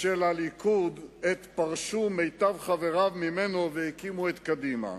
של הליכוד עת פרשו מיטב חבריו ממנו והקימו את קדימה.